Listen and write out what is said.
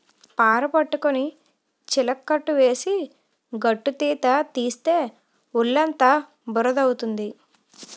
పార పట్టుకొని చిలకట్టు వేసి గట్టుతీత తీస్తే ఒళ్ళుఅంతా బురద అవుతుంది